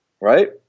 right